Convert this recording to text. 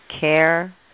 Care